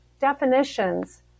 definitions